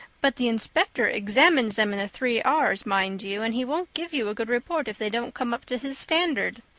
but the inspector examines them in the three r's, mind you, and he won't give you a good report if they don't come up to his standard,